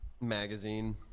magazine